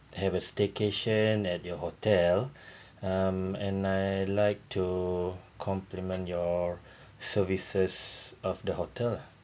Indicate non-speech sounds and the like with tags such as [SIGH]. have a staycation at your hotel [BREATH] um and I like to complement your [BREATH] services of the hotel